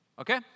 Okay